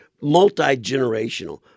multi-generational